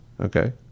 Okay